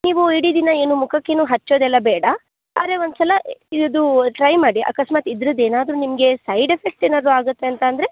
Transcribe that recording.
ನೀವು ಇಡೀ ದಿನ ಏನು ಮುಖಕ್ಕೇನು ಹಚ್ಚೋದೆಲ್ಲ ಬೇಡ ಆದ್ರೆ ಒಂದು ಸಲ ಇದು ಟ್ರೈ ಮಾಡಿ ಅಕಸ್ಮಾತ್ ಇದ್ರದ್ದು ಏನಾದರು ನಿಮಗೆ ಸೈಡ್ ಎಫೆಕ್ಟ್ ಏನಾದರು ಆಗುತ್ತೆ ಅಂತ ಅಂದರೆ